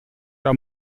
era